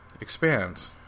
expands